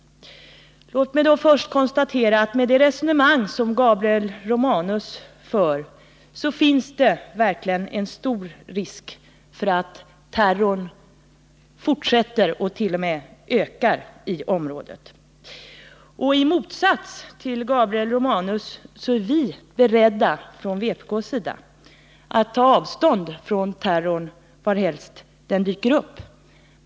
Låt mig först konstatera att med det resonemang som Gabriel Romanus för finns det verkligen en stor risk för att terrorn fortsätter och t.o.m. ökar i området. I motsats till Gabriel Romanus är vi från vpk:s sida beredda att ta avstånd från terrorn varhelst den dyker upp.